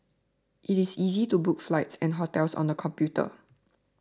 it is easy to book flights and hotels on the computer